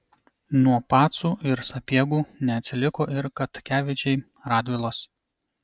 nuo pacų ir sapiegų neatsiliko ir katkevičiai radvilos